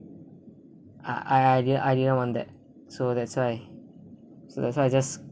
I I didn't I didn't want that so that's why so that's why I just